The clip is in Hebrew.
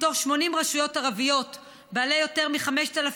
מתוך 80 רשויות ערביות בעלות יותר מ-5,000